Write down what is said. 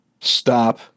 Stop